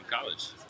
college